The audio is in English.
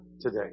today